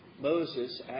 Moses